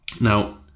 Now